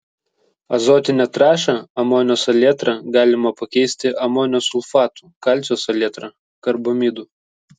azotinę trąšą amonio salietrą galima pakeisti amonio sulfatu kalcio salietra karbamidu